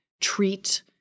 treat